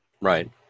Right